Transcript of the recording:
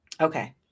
Okay